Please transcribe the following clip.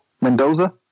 Mendoza